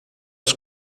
aos